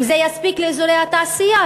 אם זה יספיק לאזורי התעשייה,